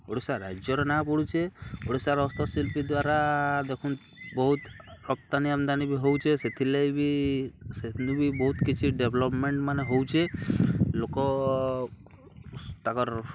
ଓଡ଼ିଶା ରାଜ୍ୟର ନାଁ ପଡ଼ୁଚେ ଓଡ଼ିଶାର ହସ୍ତଶିଳ୍ପୀ ଦ୍ୱାରା ଦେଖନ୍ ବହୁତ ରପ୍ତାନୀ ଆମଦାନୀ ବି ହଉଚେ ସେଥିର୍ଲାଗି ବି ସେନୁ ବି ବହୁତ୍ କିଛି ଡେଭ୍ଲପ୍ମେଣ୍ଟ୍ମାନେ ହଉଚେ ଲୋକ ତାକର୍